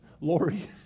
Lori